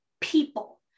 people